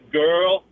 girl